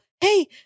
hey